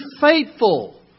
faithful